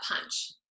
punch